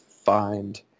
find